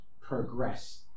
progress